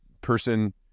person